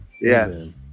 yes